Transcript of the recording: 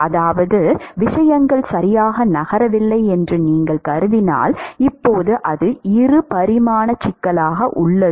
அதாவது விஷயங்கள் சரியாக நகரவில்லை என்று நீங்கள் கருதினால் இப்போது அது இரு பரிமாண சிக்கலாக உள்ளது